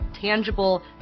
tangible